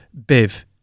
Biv